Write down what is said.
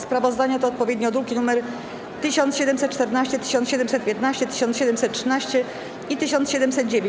Sprawozdania to odpowiednio druki nr 1714, 1715, 1713 i 1709.